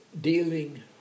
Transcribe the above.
dealing